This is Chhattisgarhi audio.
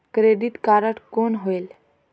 क्रेडिट कारड कौन होएल?